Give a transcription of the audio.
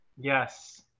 Yes